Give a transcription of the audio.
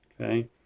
Okay